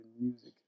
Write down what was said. music